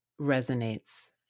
resonates